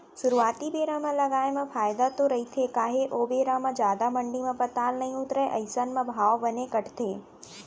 सुरुवाती बेरा म लगाए म फायदा तो रहिथे काहे ओ बेरा म जादा मंडी म पताल नइ उतरय अइसन म भाव बने कटथे